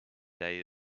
day